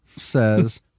says